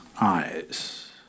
eyes